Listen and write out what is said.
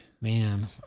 Man